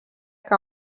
que